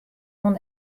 oan